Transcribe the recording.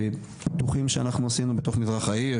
פיתוחים שאנחנו עשינו בתכניות במזרח העיר,